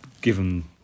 given